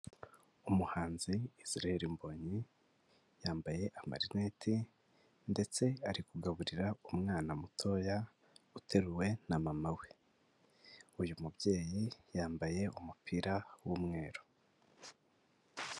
Umuhanzi Israel Mbonyi yambaye amarinete ndetse ari kugaburira umwana mutoya uteruwe na mama we, uyu mubyeyi yambaye umupira w'umweru.